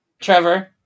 Trevor